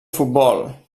futbol